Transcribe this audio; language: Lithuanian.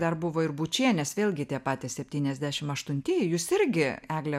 dar buvo ir bučienės vėlgi tie patys septyniasdešim aštunti jūs irgi egle